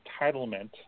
entitlement